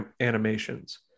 animations